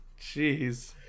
Jeez